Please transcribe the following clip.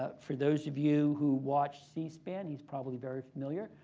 ah for those of you who watch c-span, he's probably very familiar,